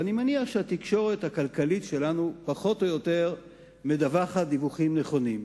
ואני מאמין שהתקשורת הכלכלית שלנו פחות או יותר מדווחת דיווחים נכונים.